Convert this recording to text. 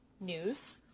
News